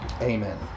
Amen